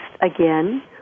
again